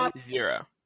zero